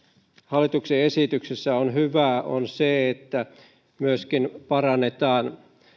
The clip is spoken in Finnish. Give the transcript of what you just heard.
hallituksen esityksessä on hyvää on se että myöskin parannetaan